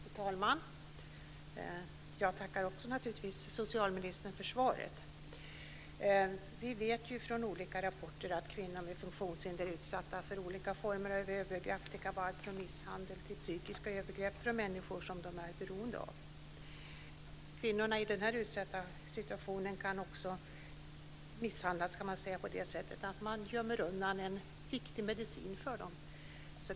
Fru talman! Jag tackar naturligtvis också socialministern för svaret. Vi vet ju från olika rapporter att kvinnor med funktionshinder är utsatta för olika former av övergrepp, det kan vara allt från misshandel till psykiska övergrepp, från människor som de är beroende av. Kvinnor i den här utsatta situationen kan också misshandlas, kan man säga, på det sättet att man gömmer undan en viktig medicin för dem.